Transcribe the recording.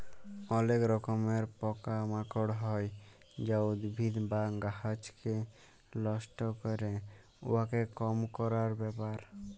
অলেক রকমের পকা মাকড় হ্যয় যা উদ্ভিদ বা গাহাচকে লষ্ট ক্যরে, উয়াকে কম ক্যরার ব্যাপার